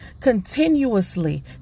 continuously